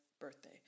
birthday